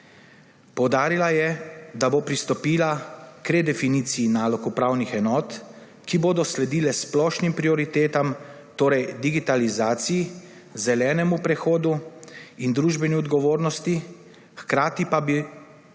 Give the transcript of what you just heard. Poudarila je, da bo pristopila k redefiniciji nalog upravnih enot, ki bodo sledile splošnim prioritetam, torej digitalizaciji, zelenemu prehodu in družbeni odgovornosti, hkrati pa bo potrebna